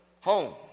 Home